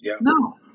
no